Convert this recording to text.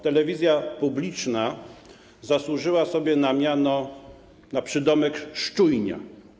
Telewizja publiczna zasłużyła sobie na miano, na przydomek „szczujnia”